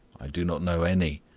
i do not know any.